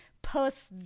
post